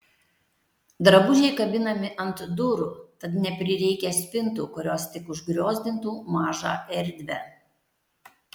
drabužiai kabinami ant durų tad neprireikia spintų kurios tik užgriozdintų mažą erdvę